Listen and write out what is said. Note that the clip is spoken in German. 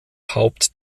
haupt